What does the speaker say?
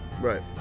Right